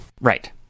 Right